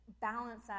balance